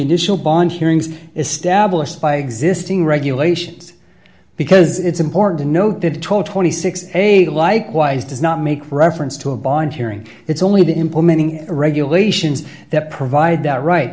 initial bond hearings established by existing regulations because it's important to note that twenty six a likewise does not make reference to a bond hearing it's only the implementing regulations that provide that right